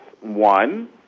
one